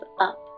up